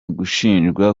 gushinjwa